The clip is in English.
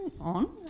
on